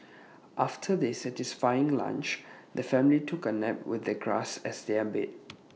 after their satisfying lunch the family took A nap with the grass as their bed